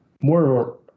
more